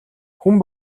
хүн